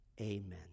Amen